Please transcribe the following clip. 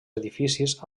edificis